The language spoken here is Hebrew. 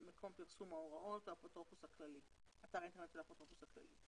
מקום פרסום ההוראות הוא אתר האינטרנט הוא האפוטרופוס הכללי,